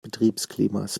betriebsklimas